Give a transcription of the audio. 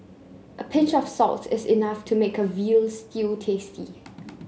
a pinch of salt is enough to make a veal stew tasty